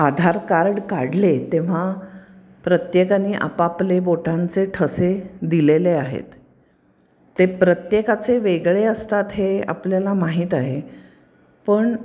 आधार card काढले तेव्हा प्रत्येकानी आपापले बोटांचे ठसे दिलेले आहेत ते प्रत्येकाचे वेगळे असतात हे आपल्याला माहीत आहे पण